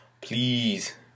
please